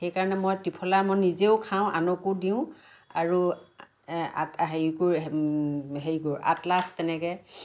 সেইকাৰণে মই ত্ৰিফলা মই নিজেও খাওঁ আনকো দিওঁ আৰু হেৰি কৰি হেৰি কৰোঁ আতলাছ তেনেকৈ